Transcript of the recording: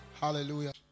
Hallelujah